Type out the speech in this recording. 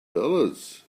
dollars